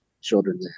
children